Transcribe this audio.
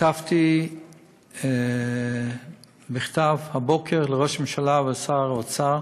כתבתי הבוקר מכתב לראש הממשלה ולשר האוצר,